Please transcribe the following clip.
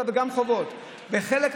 באו"ם ובמקומות אחרים.